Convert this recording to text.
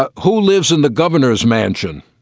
ah who lives in the governor's mansion?